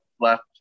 left